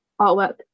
artwork